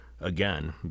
again